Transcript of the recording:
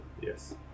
Yes